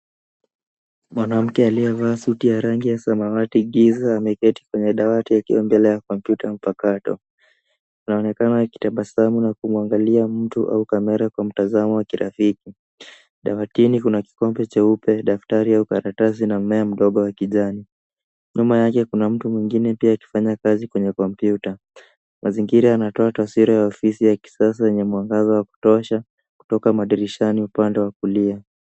Mwanamke aliyevaa suti ya rangi ya samawati giza ameketi kwenye dawati akiongelea kompyuta mpakato. Anaonekana akitabasamu na kumwangalia mtu au kamera kwa mtazamo wa kirafiki. Dawatini kuna kikombe cheupe, daftari au karatasi na mmea mdogo wa kijani. Nyuma yake kuna mtu mwingine pia akifanya kazi kwenye kompyuta. Mazingira yanatoa taswira ya ofisi ya kisasa yenye mwangaza wa kutosha kutoka madirishani upande wa kulia.